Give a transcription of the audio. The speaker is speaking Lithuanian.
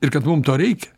ir kad mum to reik